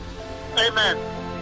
amen